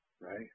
right